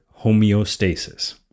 homeostasis